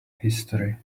history